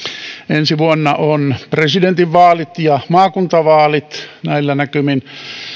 ensi vuonna on presidentinvaalit ja maakuntavaalit näillä näkymin